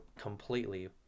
completely